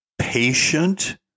Patient